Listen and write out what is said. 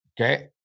Okay